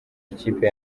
ikipe